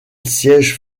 siège